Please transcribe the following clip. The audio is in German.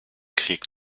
krieg